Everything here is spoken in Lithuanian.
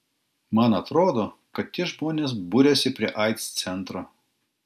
man atrodo kad tie žmonės buriasi prie aids centro